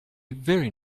very